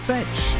Fetch